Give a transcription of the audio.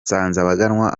nsanzabaganwa